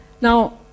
Now